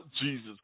Jesus